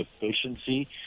efficiency